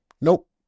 Nope